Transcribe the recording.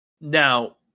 Now